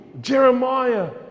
Jeremiah